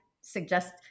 suggest